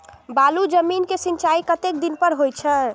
बालू जमीन क सीचाई कतेक दिन पर हो छे?